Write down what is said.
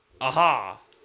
aha